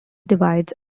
divides